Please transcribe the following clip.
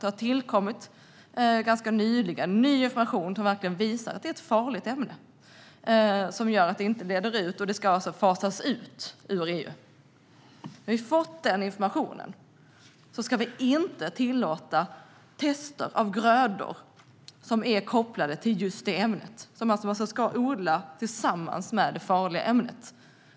Det har tillkommit ny information som visar att det verkligen är ett farligt ämne. Det ska alltså fasas ut ur EU. När vi har fått den informationen ska vi inte tillåta tester av grödor som är kopplade till och som ska odlas tillsammans med just det farliga ämnet.